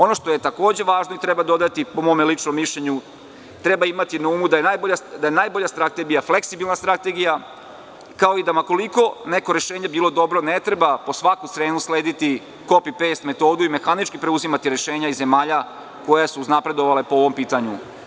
Ono što je takođe važno i treba dodati po mom ličnom mišljenju, treba imati na umu da je najbolja strategija fleksibilna strategija, kao i da, ma koliko neko rešenje bilo dobro, ne treba po svaku cenu slediti metodu kopi pejst i mehanički preuzimati rešenja iz zemalja koje su uznapredovale po ovom pitanju.